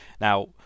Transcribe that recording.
Now